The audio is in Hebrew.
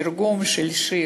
או תרגום של שיר,